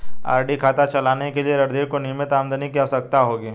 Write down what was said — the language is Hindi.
आर.डी खाता चलाने के लिए रणधीर को नियमित आमदनी की आवश्यकता होगी